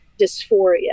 dysphoria